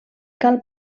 cal